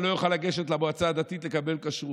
לא יוכל לגשת למועצה הדתית לקבל כשרות,